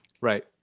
Right